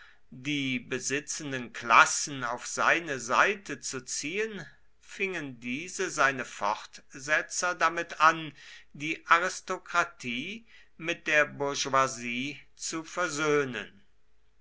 die besitzenden klassen auf seine seite zu ziehen fingen diese seine fortsetzer damit an die aristokratie mit der bourgeoisie zu versöhnen